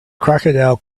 crocodile